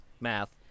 Math